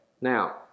now